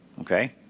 Okay